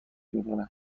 میکنه